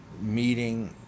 meeting